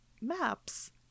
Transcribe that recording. maps